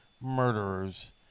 murderers